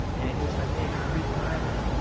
and he was like, man, can i read the bible?